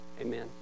amen